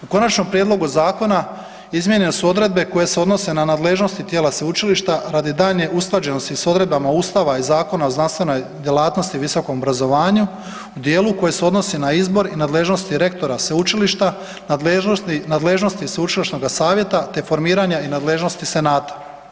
U konačnom prijedlogu zakona izmijenjene su odredbe koje se odnose na nadležnost i tijela sveučilišta radi daljnje usklađenosti sa odredbama Ustava i Zakona o znanstvenoj djelatnosti i visokom obrazovanju u djelu koji se odnosi na izbor i nadležnost rektora sveučilišta, nadležnosti sveučilišnoga savjeta te formiranja i nadležnosti senata.